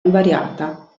invariata